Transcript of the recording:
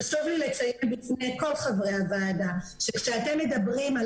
חשוב לי לציין בפני כל חברי הוועדה שכשאתם מדברים על